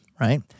right